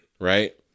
right